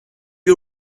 you